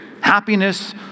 Happiness